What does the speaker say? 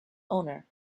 owner